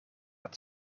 het